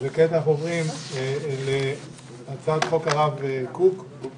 אנחנו עוברים להצעת חוק הרב קוק,